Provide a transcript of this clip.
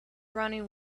running